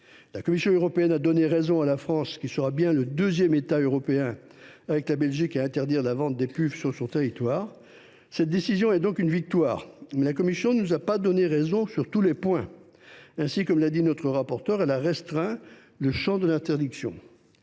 La Commission européenne a donné raison à la France, qui, après la Belgique, sera le deuxième État européen à interdire la vente des puffs sur son territoire. Cette décision est une victoire, mais la Commission ne nous a pas donné raison sur tous les points. Ainsi, comme l’a dit notre rapporteur, elle a restreint le champ de l’interdiction